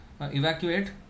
evacuate